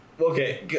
Okay